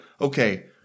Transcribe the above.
okay